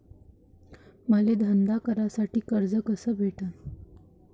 मले धंदा करासाठी कर्ज कस भेटन?